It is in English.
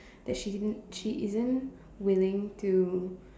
that she she isn't willing to